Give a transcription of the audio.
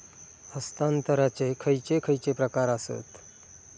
हस्तांतराचे खयचे खयचे प्रकार आसत?